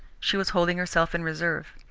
she was holding herself in reserve.